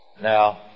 Now